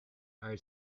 are